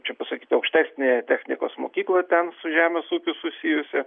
čia pasakyt aukštesniąją technikos mokyklą ten su žemės ūkiu susijusią